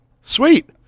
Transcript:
Sweet